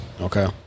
Okay